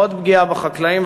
עוד פגיעה בחקלאים.